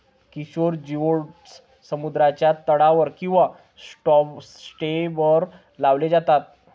किशोर जिओड्स समुद्राच्या तळावर किंवा सब्सट्रेटवर लावले जातात